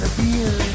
beer